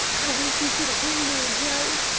i wish you could have been there, joe,